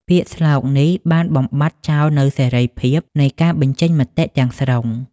ពាក្យស្លោកនេះបានបំបាត់ចោលនូវសេរីភាពនៃការបញ្ចេញមតិទាំងស្រុង។